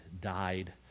died